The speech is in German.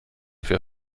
für